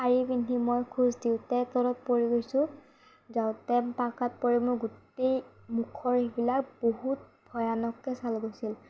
শাড়ী পিন্ধি মই খোজ দিওঁতে তলত পৰি গৈছোঁ যাওঁতে পকাত পৰি মোৰ গোটেই মুখৰ এইবিলাক বহুত ভয়ানককৈ ছাল গৈছিল